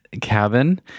cabin